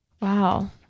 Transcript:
Wow